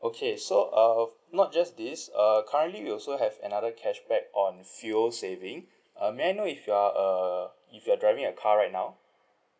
okay so uh not just this err currently we also have another cashback on fuel saving uh may I know if you are a if you are driving a car right now